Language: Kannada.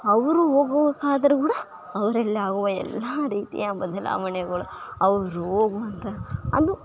ಅವರು ಹೋಗ್ಬೇಕಾದ್ರು ಕೂಡ ಅವರೆಲ್ಲ ಓ ಎಲ್ಲ ರೀತಿಯ ಬದಲಾವಣೆಗಳು ಅವ್ರು ಹೋಗುವಂಥ ಅದು